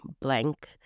blank